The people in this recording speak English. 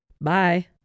bye